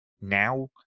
Now